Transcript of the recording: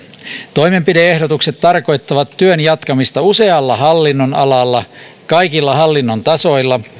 toimenpide ehdotukset tarkoittavat työn jatkamista usealla hallinnonalalla kaikilla hallinnon tasoilla